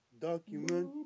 Document